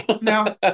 no